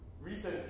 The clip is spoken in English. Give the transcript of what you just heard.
Recently